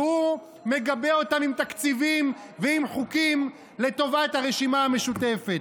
והוא מגבה אותם עם תקציבים ועם חוקים לטובת הרשימה המשותפת.